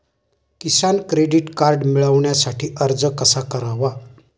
किसान credit card मिळवण्यासाठी अर्ज कसा करावा?